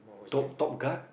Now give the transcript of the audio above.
top top guard